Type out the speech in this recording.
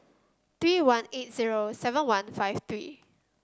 three one eight zero seven one five three